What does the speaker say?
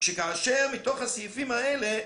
מתוך הסעיפים האלה,